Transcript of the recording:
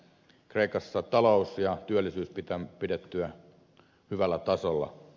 kreikassa talous ja työllisyys pidettyä hyvällä tasolla